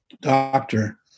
doctor